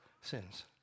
sins